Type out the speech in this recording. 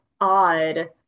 odd